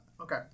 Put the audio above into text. okay